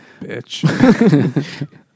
Bitch